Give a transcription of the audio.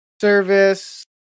service